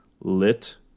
lit